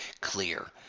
clear